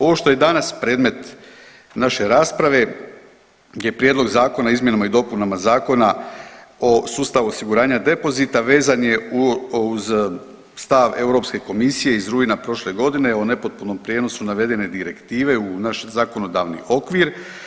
Ovo što je danas predmet naše rasprave je Prijedlog zakona o izmjenama i dopunama Zakona o sustavu osiguranja depozita vezan je uz stav Europske komisije iz rujna prošle godine o nepotpunom prijenosu navedene direktive u naš zakonodavni okvir.